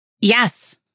Yes